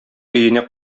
өенә